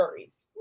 furries